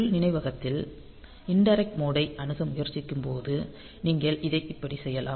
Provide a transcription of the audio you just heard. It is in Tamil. உள் நினைவகத்தில் இன்டிரெக்ட் மோட் ஐ அணுக முயற்சிக்கும்போது நீங்கள் இதை இப்படி செய்யலாம்